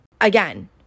again